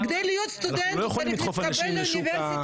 כדי להיות סטודנט אתה צריך להתקבל לאוניברסיטה.